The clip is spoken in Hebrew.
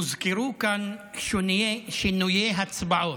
הוזכרו כאן שינויי הצבעות.